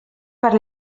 per